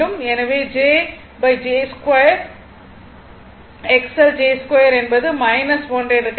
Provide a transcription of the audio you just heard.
எனவே j j2 XL j2 என்பது 1 எனக் கிடைக்கும்